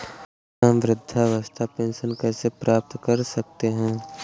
हम वृद्धावस्था पेंशन कैसे प्राप्त कर सकते हैं?